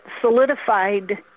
solidified